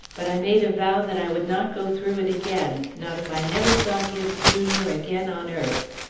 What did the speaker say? but i made a vow that i would not go through it again, not if i never saw gibbes, jr, again on earth.